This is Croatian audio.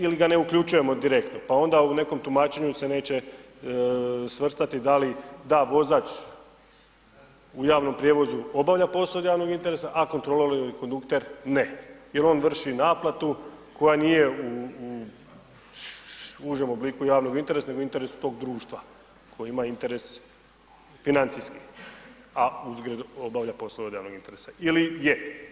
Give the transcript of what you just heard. ili ga ne uključujemo direktno pa onda u nekom tumačenju se neće svrstati da li da vozač u javnom prijevozu obavlja posao od javnog interesa, a kontrolor ili kondukter ne jer on vrši naplatu koja nije u užem obliku javnog interesa nego interesu tog društva koje ima interes financijski, a uzgred obavlja posao od javnog interesa ili je.